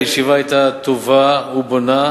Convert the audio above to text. הישיבה היתה טובה ובונה,